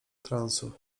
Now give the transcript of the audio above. transu